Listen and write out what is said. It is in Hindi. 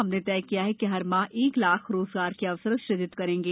हमने तय किया है हर माह एक लाख रोजगार के अवसर सुजित करेंगे